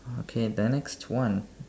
okay the next one